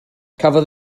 cafodd